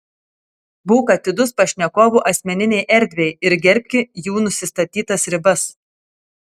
būk atidus pašnekovų asmeninei erdvei ir gerbki jų nusistatytas ribas